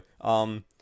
um-